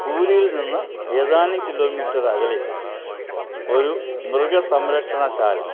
പൂരിയിൽ നിന്ന് ഏതാനും കിലോമീറ്ററകലെ ഒരു മൃഗസംരക്ഷണ ശാല